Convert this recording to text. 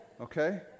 Okay